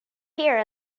here